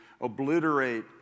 obliterate